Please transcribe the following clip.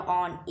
on